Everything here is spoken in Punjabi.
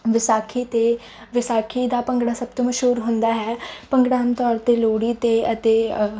ਵਿਸਾਖੀ 'ਤੇ ਵਿਸਾਖੀ ਦਾ ਭੰਗੜਾ ਸਭ ਤੋਂ ਮਸ਼ਹੂਰ ਹੁੰਦਾ ਹੈ ਭੰਗੜਾ ਆਮ ਤੌਰ 'ਤੇ ਲੋਹੜੀ 'ਤੇ ਅਤੇ